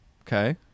Okay